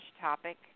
topic